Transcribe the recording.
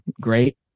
great